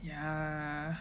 yeah